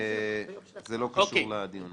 וזה לא קשור לדיון הזה.